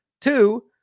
Two